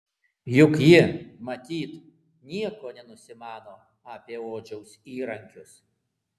juk ji matyt nieko nenusimano apie odžiaus įrankius